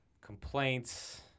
Complaints